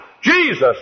Jesus